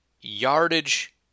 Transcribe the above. yardage